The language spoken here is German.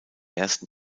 ersten